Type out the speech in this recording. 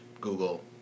Google